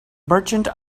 merchant